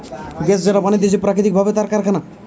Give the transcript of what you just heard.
gas যেটা বানাতিছে প্রাকৃতিক ভাবে তার কারখানা